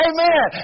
Amen